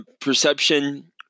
perception